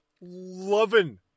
loving